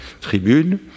tribune